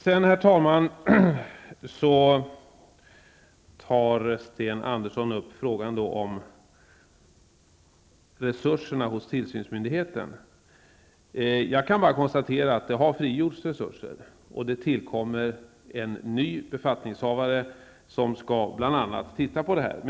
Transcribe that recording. Sedan, herr talman, tar Sten Andersson upp frågan om resurserna hos tillsynsmyndigheten. Jag kan bara konstatera att det har frigjorts resurser, och det tillkommer en ny befattningshavare som bl.a. skall titta på det här.